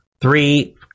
three